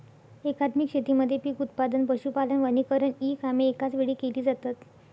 एकात्मिक शेतीमध्ये पीक उत्पादन, पशुपालन, वनीकरण इ कामे एकाच वेळी केली जातात